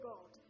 God